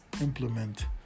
implement